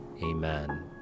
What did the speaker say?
Amen